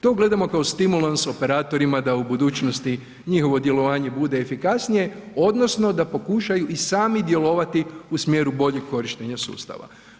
To gledamo kao stimulans operatorima da u budućnosti njihovo djelovanje bude efikasnije odnosno da pokušaju i sami djelovati u smjeru boljeg korištenja sustava.